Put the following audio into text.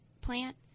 plant